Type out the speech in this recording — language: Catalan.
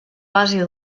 base